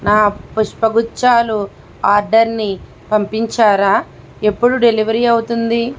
నా పుష్పగుచ్చాలు ఆర్డర్ని పంపించారా ఎప్పుడు డెలివరీ అవుతుంది